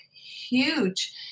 huge